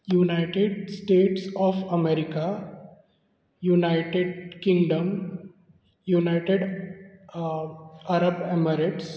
United States of America United Kingdom United Arab Emirates